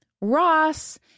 Ross